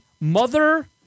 Mother